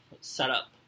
setup